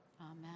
Amen